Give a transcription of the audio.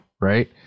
right